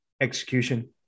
Execution